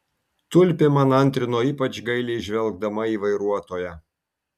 tulpė man antrino ypač gailiai žvelgdama į vairuotoją